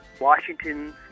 Washington